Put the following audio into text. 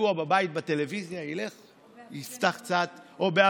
תקוע בבית עם הטלוויזיה או בהפגנות,